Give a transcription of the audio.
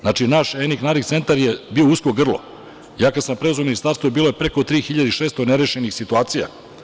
Znači, naš Enik-Narik centar je bio usko grlo, kada sam preuzeo Ministarstvo bilo je preko 3.600 nerešenih situacija.